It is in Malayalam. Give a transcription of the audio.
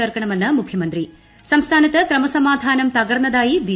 ചേർക്കണമെന്ന് മുഖ്യമിന്തീ സംസ്ഥാനത്ത് ക്രമസമാധാനം തകർന്നതായി ബി